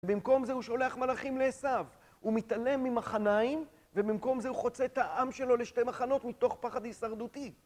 במקום זה הוא שולח מלאכים לעשיו, הוא מתעלם ממחניים, ובמקום זה הוא חוצה את העם שלו לשתי מחנות מתוך פחד הישרדותי.